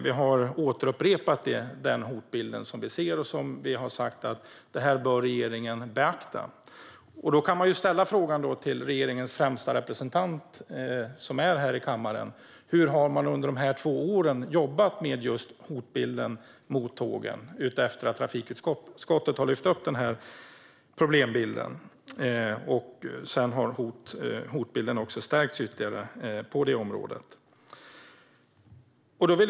Vi har upprepat den hotbild vi ser, och vi har sagt att regeringen bör beakta detta. Då kan vi ställa frågan till regeringens representant som befinner sig här i kammaren hur man under dessa två år har jobbat med just hotbilden mot tågen efter att trafikutskottet lyft fram den. Hotbilden på området har också stärkts ytterligare.